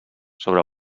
sobre